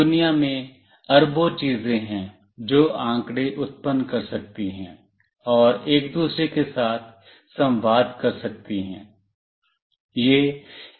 दुनिया में अरबों चीजें हैं जो आंकड़े उत्पन्न कर सकती हैं और एक दूसरे के साथ संवाद कर सकती हैं